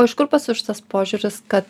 o iš kur pas juš tas požiūris kad